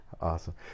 Awesome